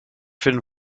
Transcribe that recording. finden